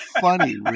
funny